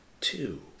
two